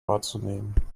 wahrzunehmen